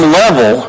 level